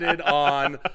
on